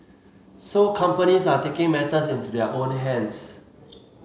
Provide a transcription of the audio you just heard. so companies are taking matters into their own hands